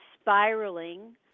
spiraling